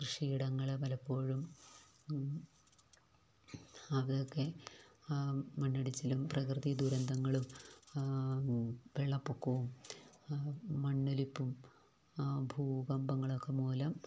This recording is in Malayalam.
കൃഷിയിടങ്ങൾ പലപ്പോഴും അതൊക്കെ മണ്ണിടിച്ചിലും പ്രകൃതി ദുരന്തങ്ങളും വെള്ളപ്പൊക്കവും മണ്ണൊലിപ്പും ഭൂകമ്പങ്ങളൊക്കെമൂലം